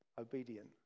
obedient